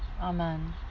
amen